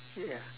ya